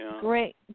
Great